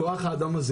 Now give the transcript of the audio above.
כוח האדם הזה,